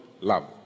Love